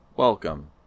Welcome